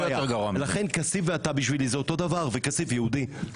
ולכן כסיף ואתה בשבילי זה אותו דבר, וכסיף יהודי.